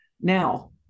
now